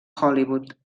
hollywood